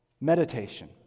Meditation